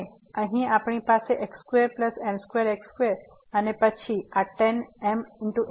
અને અહીં આપણી પાસે x2 m2 x2 અને પછી આ tan mx2 હશે